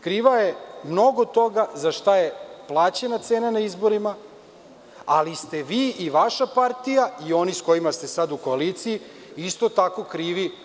Kriva je mnogo toga, za šta je plaćena cena na izborima, ali ste vi i vaša partija i oni sa kojima ste sada u koaliciji isto tako krivi.